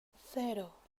cero